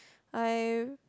I